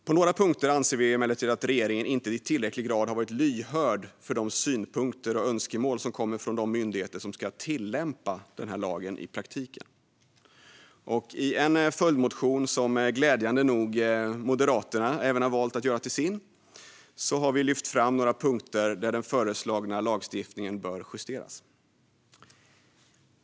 På några punkter anser vi emellertid att regeringen inte i tillräcklig grad varit lyhörd för de synpunkter och önskemål som kommer från de myndigheter som ska tillämpa den nya lagen i praktiken. I en följdmotion som Moderaterna glädjande nog valt att göra även till sin har vi lyft fram några punkter där den föreslagna lagstiftningen bör justeras.